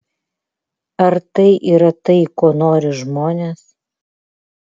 ar tai yra tai ko nori žmonės